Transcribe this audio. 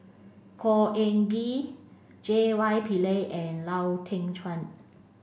Khor Ean Ghee J Y Pillay and Lau Teng Chuan